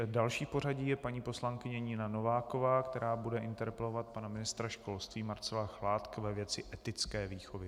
Další v pořadí je paní poslankyně Nina Nováková, která bude interpelovat pana ministra školství Marcela Chládka ve věci etické výchovy.